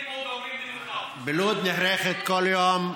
בלוד נערכת כל יום,